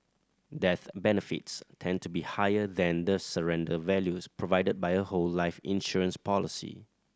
death benefits tend to be higher than the surrender values provided by a whole life insurance policy